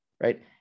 right